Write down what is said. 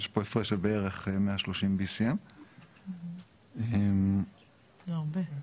יש פה הפרש של בערך 130 BCM. זה הרבה.